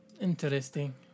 Interesting